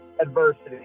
Adversity